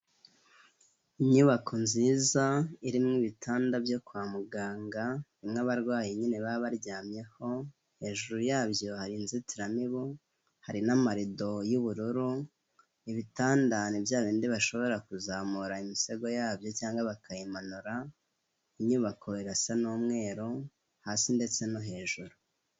Inyubako nziza, irimo ibitanda byo kwa muganga, bimwe abarwayi nyine baba baryamyeho, hejuru yabyo hari inzitiramibu, hari n'amarido y'ubururu, ibitanda ni bya bindi bashobora kuzamura imisego yabyo cyangwa bakayimanura, inyubako irasa n'umweru hasi ndetse no hejuru.